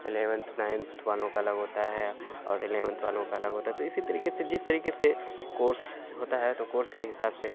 eleventh ninth والوں کو الگ ہوتا ہے اور الیونتھ والوں کا الگ ہوتا ہے تو اسی طریقے سے جس طریقے سے کورس ہوتا ہے تو کورس کے حساب سے